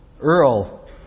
Earl